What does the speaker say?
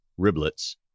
riblets